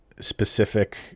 specific